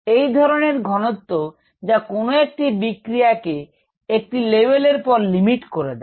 এই ধরনের ঘনত্ত যা কোন একটি বিক্রিয়াকে একটি লেভেলের পর লিমিট করে দেয়